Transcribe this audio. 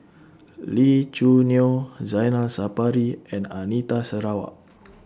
Lee Choo Neo Zainal Sapari and Anita Sarawak